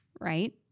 right